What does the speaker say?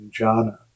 jhana